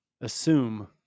assume